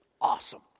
Awesome